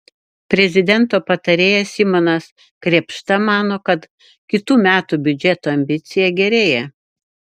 prezidento patarėjas simonas krėpšta mano kad kitų metų biudžeto ambicija gerėja